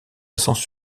sens